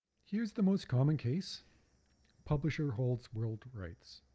here's the most common case publisher holds world rights.